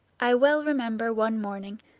i well remember one morning,